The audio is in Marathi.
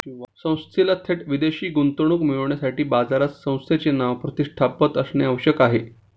संस्थेला थेट विदेशी गुंतवणूक मिळविण्यासाठी बाजारात संस्थेचे नाव, प्रतिष्ठा, पत असणे आवश्यक आहे